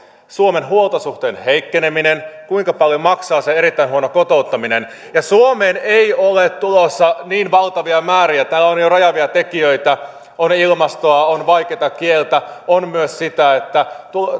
suomen huoltosuhteen heikkeneminen kuinka paljon maksaa se erittäin huono kotouttaminen suomeen ei ole tulossa niin valtavia määriä täällä on jo rajaavia tekijöitä on ilmastoa on vaikeata kieltä on myös sitä että